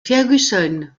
ferguson